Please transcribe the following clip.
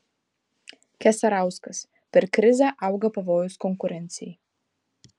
keserauskas per krizę auga pavojus konkurencijai